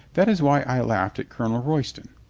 that is why i laugh at colonel roy ston,